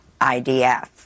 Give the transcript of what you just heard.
IDF